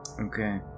Okay